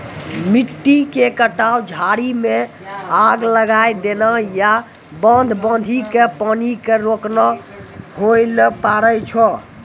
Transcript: मिट्टी के कटाव, झाड़ी मॅ आग लगाय देना या बांध बांधी कॅ पानी क रोकना होय ल पारै छो